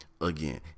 Again